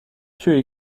pieux